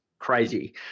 Crazy